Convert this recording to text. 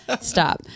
stop